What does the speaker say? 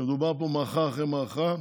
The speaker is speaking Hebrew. שמדובר פה במערכה אחרי מערכה,